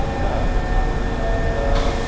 तत्र अत्र